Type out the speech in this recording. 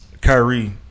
Kyrie